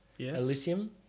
Elysium